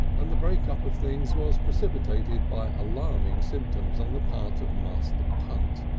and the breakup of things was precipitated by alarming symptoms on the part of master punt.